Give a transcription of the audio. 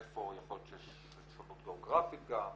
איפה יכול להיות שיש שונות גיאוגרפית גם,